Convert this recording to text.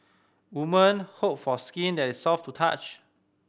women hope for skin that is soft to touch